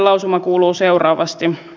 lausuma kuuluu seuraavasti